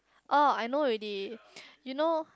oh I know already you know